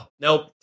Nope